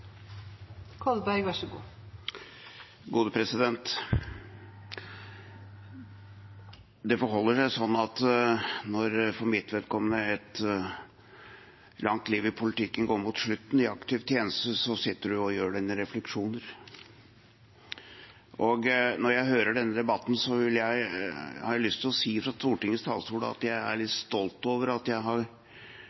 Det forholder seg sånn at når for mitt vedkommende et langt liv i aktiv tjeneste i politikken går mot slutten, sitter man og gjør sine refleksjoner. Når jeg hører denne debatten, har jeg lyst til å si fra Stortingets talerstol at jeg er